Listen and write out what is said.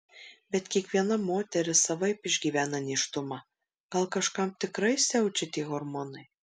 bet kiekviena moteris savaip išgyvena nėštumą gal kažkam tikrai siaučia tie hormonai